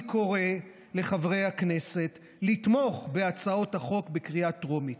אני קורא לחברי הכנסת לתמוך בהצעות החוק בקריאה הטרומית.